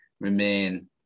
remain